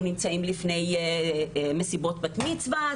אנחנו נמצאים לפני מסיבות בת מצווה,